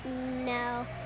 No